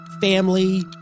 family